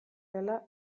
dela